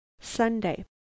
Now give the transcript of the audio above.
Sunday